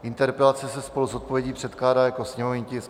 Interpelace se spolu s odpovědí předkládá jako sněmovní tisk 879.